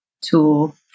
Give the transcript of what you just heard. tool